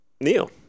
Neil